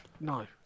no